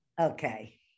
Okay